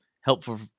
helpful